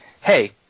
hey